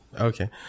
Okay